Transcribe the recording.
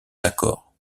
accords